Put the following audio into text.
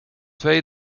twee